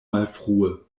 malfrue